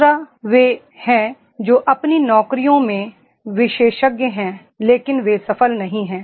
दूसरा वे हैं जो अपनी नौकरियों में विशेषज्ञ हैं लेकिन वे सफल नहीं हैं